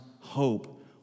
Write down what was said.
hope